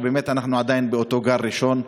שבאמת אנחנו עדיין באותו גל ראשון,